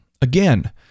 Again